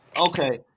okay